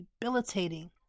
debilitating